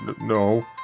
No